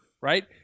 right